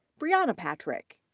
briana patrick.